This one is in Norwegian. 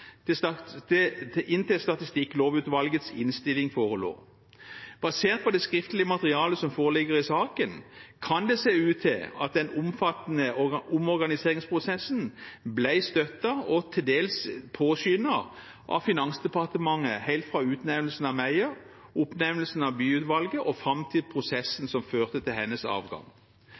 inntil Statistikklovutvalgets innstilling forelå. Basert på det skriftlige materialet som foreligger i saken, kan det se ut til at den omfattende omorganiseringsprosessen ble støttet og til dels påskyndet av Finansdepartementet helt fra utnevnelsen av Meyer, oppnevnelsen av Bye-utvalget og fram til prosessen som førte til hennes avgang.